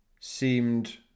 seemed